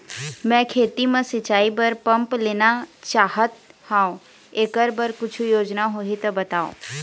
मैं खेती म सिचाई बर पंप लेना चाहत हाव, एकर बर कुछू योजना होही त बताव?